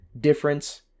difference